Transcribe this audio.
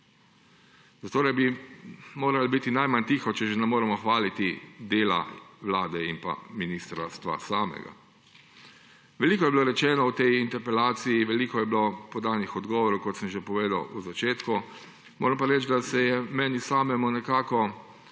Zatorej bi morali biti najmanj tiho, če že ne moremo hvaliti dela vlade in ministrstva samega. Veliko je bilo rečeno v tej interpelaciji, veliko je bilo podanih odgovorov, kot sem že povedal v začetku. Moram pa reči, da se je meni samemu nekako